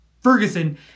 Ferguson